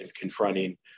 confronting